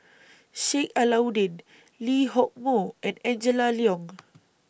Sheik Alau'ddin Lee Hock Moh and Angela Liong